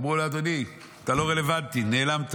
אמרו לו: אדוני, אתה לא רלוונטי, נעלמת.